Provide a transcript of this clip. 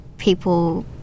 people